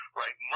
right